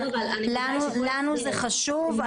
לנו זה חשוב,